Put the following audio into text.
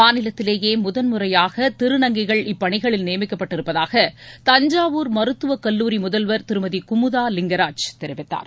மாநிலத்திலேயே முதன்முறையாக திருநங்கைகள் இப்பணிகளில் நியமிக்கப்பட்டு இருப்பதாக தஞ்சாவூர் மருத்துவக் கல்லூரி முதல்வர் திருமதி குமுதா லிங்கராஜ் தெரிவித்தார்